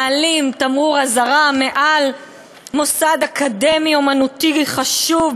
מעלים תמרור אזהרה מעל מוסד אקדמי אמנותי חשוב,